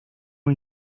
una